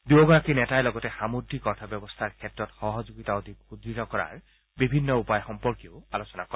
দুয়োগৰাকী নেতাই লগতে সামুদ্ৰিক অৰ্থ ব্যৱস্থাৰ ক্ষেত্ৰত সহযোগিতা অধিক সুদৃঢ় কৰাৰ বিভিন্ন উপায় সম্পৰ্কেও আলোচনা কৰে